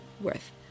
worth